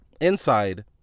inside